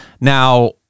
Now